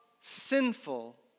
sinful